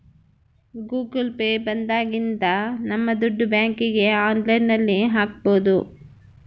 Google Pay ಬಂದಾಗಿನಿಂದ ನಮ್ ದುಡ್ಡು ಬ್ಯಾಂಕ್ಗೆ ಆನ್ಲೈನ್ ಅಲ್ಲಿ ಹಾಕ್ಬೋದು